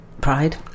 Pride